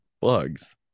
bugs